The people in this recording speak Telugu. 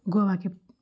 గోవాకి